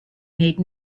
made